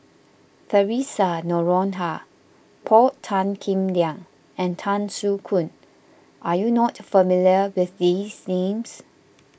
theresa Noronha Paul Tan Kim Liang and Tan Soo Khoon are you not familiar with these names